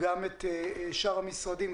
גם את שאר המשרדים,